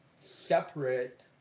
separate